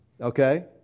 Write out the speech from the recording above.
Okay